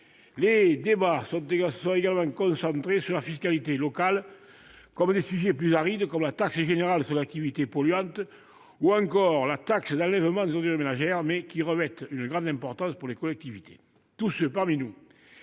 Les débats se sont également concentrés sur la fiscalité locale, avec des sujets plus arides, comme la taxe générale sur les activités polluantes ou encore la taxe d'enlèvement des ordures ménagères, mais qui revêtent une grande importance pour les collectivités. Tous ceux parmi nous